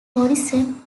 horizon